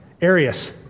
Arius